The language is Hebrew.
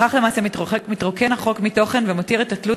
בכך למעשה מתרוקן החוק מתוכן ומותיר את התלות